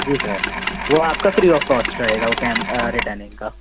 जी sir वो आपका free of cost रहेगा वह रिटर्निंग का